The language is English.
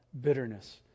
bitterness